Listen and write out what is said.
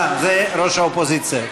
אה, זה ראש האופוזיציה.